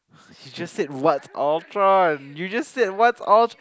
you just said what's Ultron you just said what's Ultron